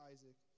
Isaac